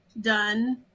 done